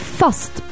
fast